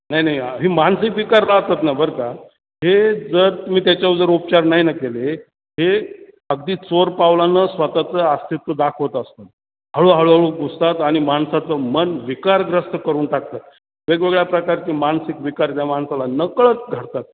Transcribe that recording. नाही नाही ही मानसिक विकार राहतात ना बरं का हे जर तुम्ही त्याच्यावर जर उपचार नाही ना केले हे अगदी चोर पावलानं स्वतःचं अस्तित्व दाखवत असतात हळू हळू हळू घुसतात आणि माणसाचं मन विकारग्रस्त करून टाकतात वेगवेगळ्या प्रकारचे मानसिक विकार ज्या माणसाला नकळत घडतात